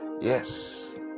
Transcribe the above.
Yes